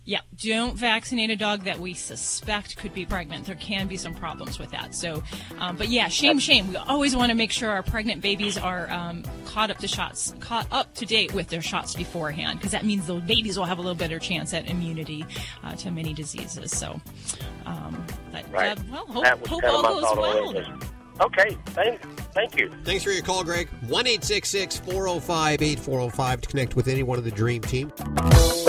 Yeah, don't vaccinate a dog that we suspect could be pregnant. There can be some problems with that. So, um, but yeah, shame, Yep. shame. We always wanna make sure our pregnant babies are, um, caught up to shots- caught up to date with their shots beforehand, 'cause that means the babies will have a little better chance at immunity, uh, to many diseases. So, um, but, Right. uh, well, That hope- was hope kinda all my goes thought on it. well then. Okay, thank- thank you. Thanks for your call, Greg. 1-866-405-8405 to connect with any one of the dream team.